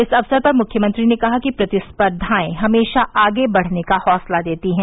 इस अवसर पर मुख्यमंत्री ने कहा कि प्रतिस्पर्धाए हमेशा आगे बढ़ने का हौसला देती हैं